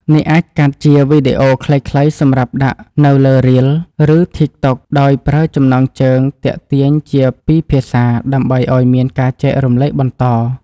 អ្នកអាចកាត់ជាវីឌីអូខ្លីៗសម្រាប់ដាក់នៅលើរាល ឬតីកតុកដោយប្រើចំណងជើងទាក់ទាញជាពីរភាសាដើម្បីឱ្យមានការចែករំលែកបន្ត។